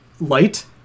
light